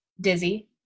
Dizzy